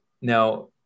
Now